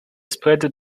spread